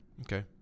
Okay